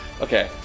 Okay